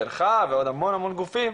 שלך ועוד המון גופים,